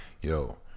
yo